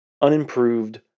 unimproved